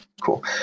cool